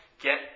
get